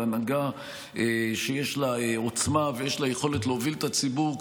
והנהגה שיש לה עוצמה ושיש לה יכולת להוביל את הציבור,